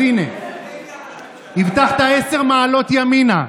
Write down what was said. אז הינה: הבטחת עשר מעלות ימינה,